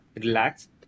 relaxed